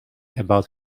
about